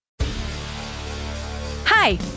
Hi